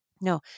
No